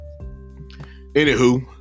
anywho